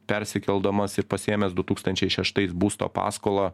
persikeldamas į pasiėmęs du tūkstančiai šeštais būsto paskolą